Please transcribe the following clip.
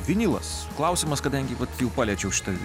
vinylas klausimas kadangi vat jau paliečiau šitą